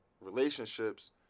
relationships